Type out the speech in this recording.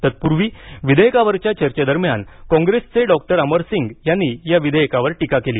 तत्पूर्वी विधेयकावरच्या चर्चेदरम्यान कॉंग्रेसचे डॉक्टर अमरसिंग यांनी या विधेयकावर टीका केली